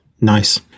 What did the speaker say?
Nice